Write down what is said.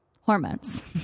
hormones